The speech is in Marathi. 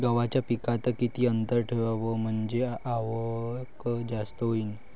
गव्हाच्या पिकात किती अंतर ठेवाव म्हनजे आवक जास्त होईन?